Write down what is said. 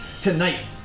tonight